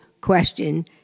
question